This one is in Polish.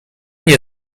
nie